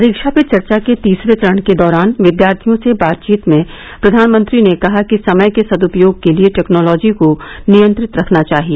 परीक्षा पे चर्चा के तीसरे चरण के दौरान विद्यार्थियों से बातचीत में प्रधानमंत्री ने कहा कि समय के सद्पयोग के लिए टैक्नोलॉजी को नियंत्रित रखना चाहिए